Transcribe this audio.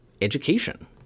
education